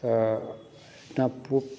तऽ